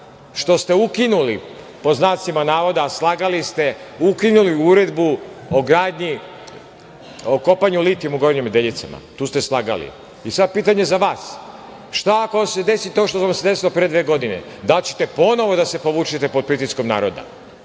što ste ukinuli pod znacima navoda, a slagali ste, ukinuli uredbu o kopanju litijuma u Gornjim Nedeljicama? Tu ste slagali i sad pitanje za vas - šta ako vam se desilo pre dve godine? Da li ćete ponovo da se povučete pod pritiskom naroda?